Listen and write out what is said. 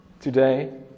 Today